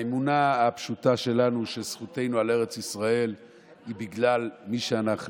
האמונה הפשוטה שלנו שזכותנו על ארץ ישראל היא בגלל מי שאנחנו,